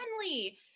friendly